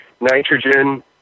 nitrogen